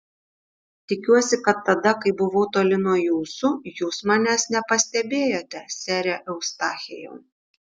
tikiuosi kad tada kai buvau toli nuo jūsų jūs manęs nepastebėjote sere eustachijau